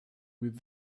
with